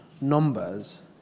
numbers